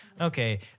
okay